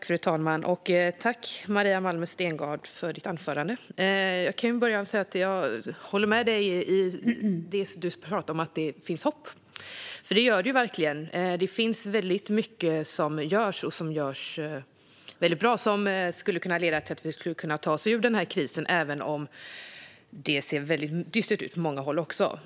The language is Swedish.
Fru talman! Tack för ditt anförande, Maria Malmer Stenergard! Jag kan börja med att säga att jag håller med dig när du säger att det finns hopp, för det gör det verkligen. Det finns väldigt mycket som görs väldigt bra och som skulle kunna leda till att vi tar oss ur den här krisen, även om det också ser väldigt dystert ut på många håll.